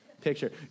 picture